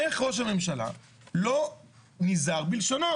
איך ראש הממשלה לא נזהר בלשונו?